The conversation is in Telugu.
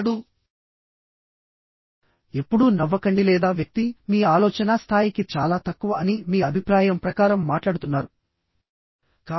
ఎన్నడూ ఎప్పుడూ నవ్వకండి లేదా వ్యక్తి మీ ఆలోచనా స్థాయికి చాలా తక్కువ అని మీ అభిప్రాయం ప్రకారం మాట్లాడుతున్నారు